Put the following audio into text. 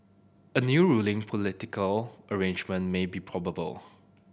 a new ruling political arrangement may be probable